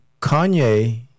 Kanye